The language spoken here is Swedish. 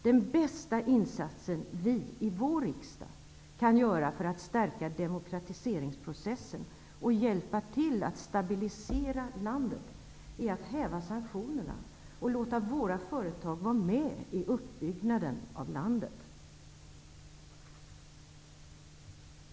Den bästa insatsen vi i vår riksdag kan göra för att stärka demokratiseringsprocessen och hjälpa till att stabilisera landet är att häva sanktionerna och låta våra företag vara med i uppbyggnaden av landet.